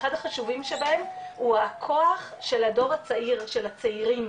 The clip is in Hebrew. אחד החשובים שבהם הוא הכוח של הדור הצעיר של הצעירים,